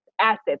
assets